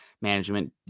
management